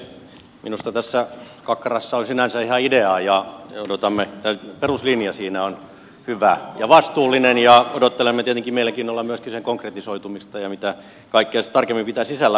minusta tässä kakkaraisessa on sinänsä ihan ideaa ja peruslinja siinä on hyvä ja vastuullinen ja odottelemme tietenkin mielenkiinnolla myöskin sen konkretisoitumista ja sitä mitä kaikkea se tarkemmin pitää sisällään